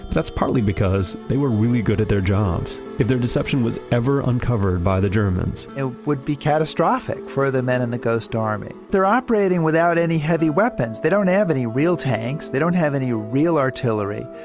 that's partly because they were really good at their jobs. if their deception was ever uncovered by the germans it would be catastrophic for the men in the ghost army. they're operating without any heavy weapons. they don't have any real tanks. they don't have any real artillery.